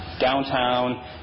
downtown